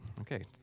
okay